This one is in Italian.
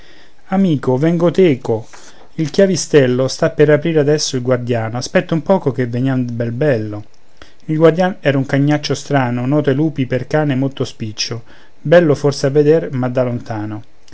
amico vengo teco il chiavistello sta per aprir adesso il guardiano aspetta un poco che veniam bel bello il guardïan era un cagnaccio strano noto ai lupi per cane molto spiccio bello forse a veder ma da lontano